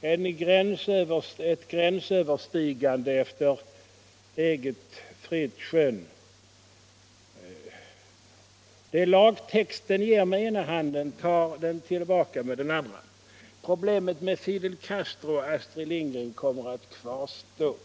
ett gränsöverstigande efter eget skön. Det lagtexten ger med ena handen tar den tillbaka med den andra. Problemet med Fidel Castro-Astrid Lindgren kommer att kvarstå.